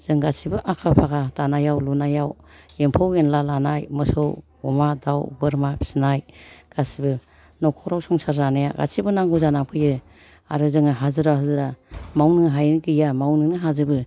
जों गासिबो आखा फाखा दानायाव लुनायाव एम्फौ एनला लानाय मोसौ अमा दाउ बोरमा फिसिनाय गासिबो न'खराव संसार जानायाव गासिबो नांगौ जानानै फैयो आरो जोङो हाजिरा हुजिरा मावनो हायैयानो गैया मावनोनो हाजोबो